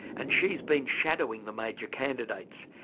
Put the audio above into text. and she's been shadowing the major candidates,